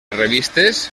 revistes